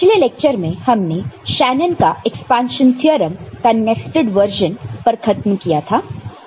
पिछले लेक्चर में हमने शेनन का एक्सपांशन थ्योरम का नेस्टेड वर्जन पर खत्म किया था